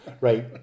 right